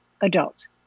adults